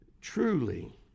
truly